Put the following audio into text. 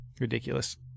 Ridiculous